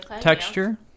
Texture